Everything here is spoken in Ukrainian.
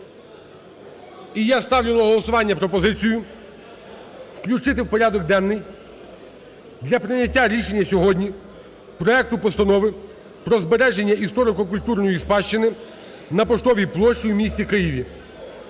І я ставлю на голосування пропозицію включити в порядок денний для прийняття рішення сьогодні проект Постанови про збереження історико-культурної спадщини на Поштовій площі в місті Києві.